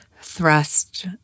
thrust